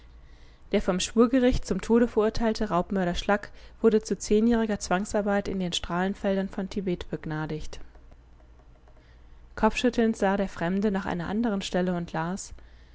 der vom schwurgericht zum tode verurteilte raubmörder schlack wurde zu zehnjähriger zwangsarbeit in den strahlenfeldern von tibet begnadigt kopfschüttelnd sah der fremde nach einer andern stelle und las